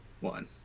one